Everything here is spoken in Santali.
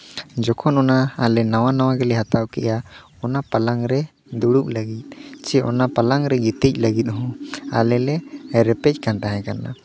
ᱡᱚᱠᱷᱚᱱ ᱚᱱᱟ ᱟᱞᱮ ᱱᱟᱣᱟ ᱱᱟᱣᱟ ᱜᱮᱞᱮ ᱦᱟᱛᱟᱣ ᱠᱮᱜᱼᱟ ᱚᱱᱟ ᱯᱟᱞᱟᱝᱠ ᱨᱮ ᱫᱩᱲᱩᱵ ᱞᱟᱹᱜᱤᱫ ᱪᱮ ᱚᱱᱟ ᱯᱟᱞᱟᱝᱠ ᱨᱮ ᱜᱤᱛᱤᱡ ᱞᱟᱹᱜᱤᱫ ᱦᱚᱸ ᱟᱞᱮ ᱞᱮ ᱨᱮᱯᱮᱡ ᱠᱟᱱ ᱛᱟᱦᱮᱸ ᱠᱟᱱᱟ